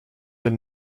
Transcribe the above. del